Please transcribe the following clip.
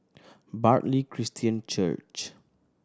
Bartley Christian Church